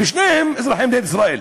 ושניהם אזרחי מדינת ישראל.